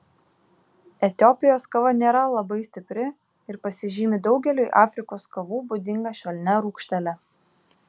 etiopijos kava nėra labai stipri ir pasižymi daugeliui afrikos kavų būdinga švelnia rūgštele